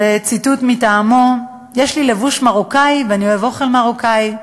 ציטוט מטעמו: יש לי לבוש מרוקאי ואני אוהב אוכל מרוקאי.